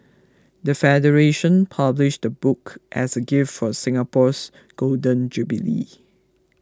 the federation published the book as a gift for Singapore's Golden Jubilee